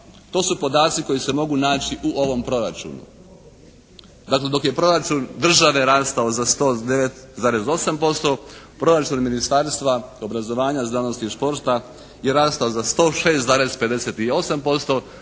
To su podaci koji se mogu naći u ovom proračunu. Tako dok je proračun države rastao za 109,8% proračun Ministarstva obrazovanja, znanosti i šport je rastao za 106,58%